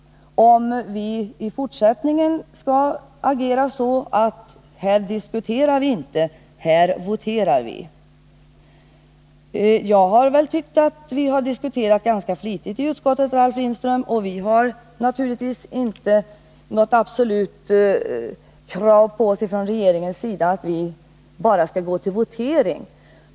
Den gällde om vi i utskottet i fortsättningen skall agera efter principen: här diskuterar vi inte, här voterar vi. Jag tycker vi har diskuterat ganska flitigt i utskottet, Ralf Lindström, och vi har naturligtvis inte något absolut krav på oss från regeringens sida att vi direkt skall gå till votering.